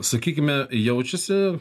sakykime jaučiasi